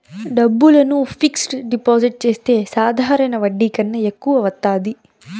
డబ్బులను fixed deposit చేస్తే సాధారణ వడ్డీ కన్నా ఎక్కువ వత్తాది